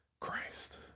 Christ